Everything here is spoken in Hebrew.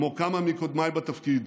כמו כמה מקודמיי בתפקיד: